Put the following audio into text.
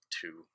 two